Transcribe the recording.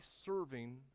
serving